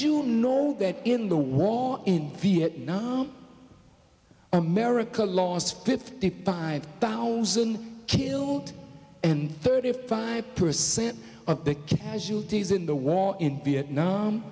june know that in the war in vietnam america lost fifty pounds thousand killed and thirty five percent of the casualties in the war in vietnam